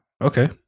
Okay